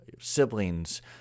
siblings